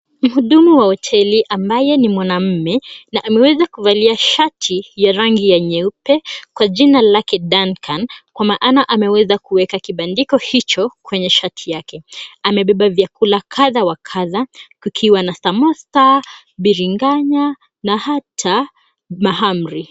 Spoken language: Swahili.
Mhudumu wa hoteli ambaye ni mwanamume na ameweza kuvalia shati ya rangi ya nyeupe kwa jina lake Dancan kwa maana ameweza kuweka kibandiko hicho kwenye shati yake. Amebeba vyakula kadha wa kadha kukiwa na samosa, biringanya na hata mahamri.